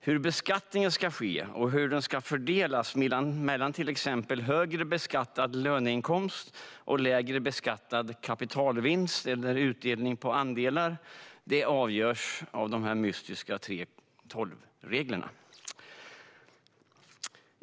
Hur beskattningen ska ske och hur den ska fördelas mellan till exempel högre beskattad löneinkomst och lägre beskattad kapitalvinst eller utdelning på andelar avgörs av de mystiska 3:12-reglerna.